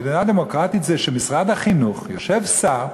מדינה דמוקרטית היא שבמשרד החינוך יושב שר,